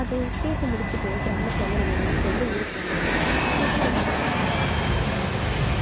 அது கேட்டு முடிச்சுட்டு கிராமத்துலேருந்து நம்ம சொந்த ஊருக்கு வந்ததுக்கு அப்றம் ஏதோ ஒரு நிமிஷத்தில் அதை கண்டிப்பாக நம்ம மிஸ் பண்ணுவோம்